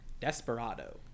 Desperado